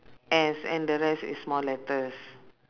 S and the rest is small letters